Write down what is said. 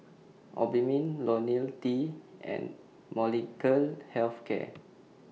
Obimin Ionil T and Molnylcke Health Care